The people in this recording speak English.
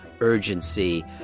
urgency